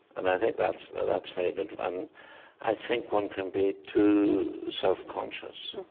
and i think that's very that's very good. and i think one can be too self-conscious.